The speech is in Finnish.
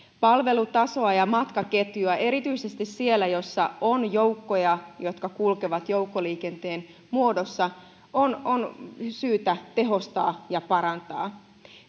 palvelutasoa ja matkaketjua erityisesti siellä missä on joukkoja jotka kulkevat joukkoliikenteen muodossa on on syytä tehostaa ja parantaa